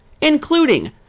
including